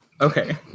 Okay